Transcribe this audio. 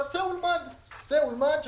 צא ולמד שאנחנו